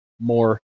more